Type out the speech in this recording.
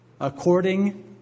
According